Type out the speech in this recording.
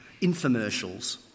Infomercials